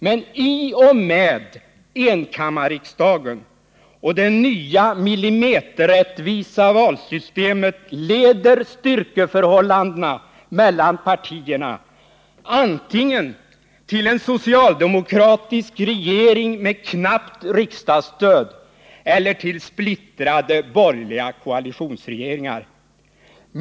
Men i och med enkammarriksdagen och det nya millimeterrättvisa valsystemet leder styrkeförhållandena mellan partierna antingen till en socialdemokratisk regering med knappt riksdagsstöd eller till splittrade borgerliga koalitionsregeringar.